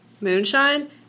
moonshine